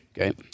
okay